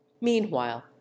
Meanwhile